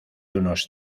unos